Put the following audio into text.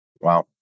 Wow